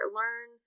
learn